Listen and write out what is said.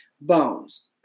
bones